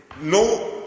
no